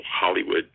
Hollywood